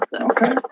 okay